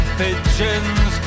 pigeons